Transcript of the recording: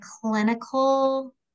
clinical